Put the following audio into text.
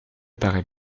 paraît